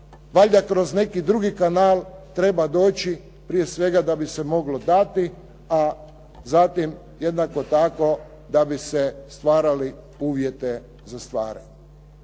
valjda kroz neki drugi kanal treba doći prije svega da bi se moglo dati a zatim jednako tako da bi se stvarali uvjete za stvaranje.